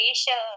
Asia